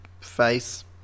face